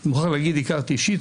אני מוכרח להגיד שהכרתי אותו אישית,